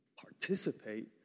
participate